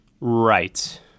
right